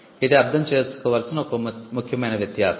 ఇది అర్థం చేసుకోవాల్సిన ఒక ముఖ్యమైన వ్యత్యాసం